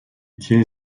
tient